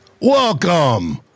Welcome